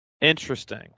Interesting